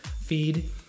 feed